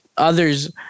others